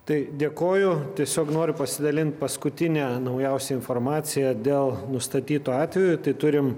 tai dėkoju tiesiog noriu pasidalint paskutine naujausia informacija dėl nustatytų atvejų tai turim